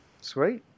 Sweet